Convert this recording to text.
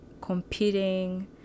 competing